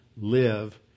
live